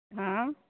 हॅं